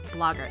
bloggers